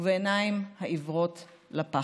ובעיניים העיוורות לפחד.